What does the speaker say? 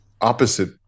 Opposite